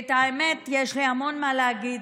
האמת, יש לי המון מה להגיד.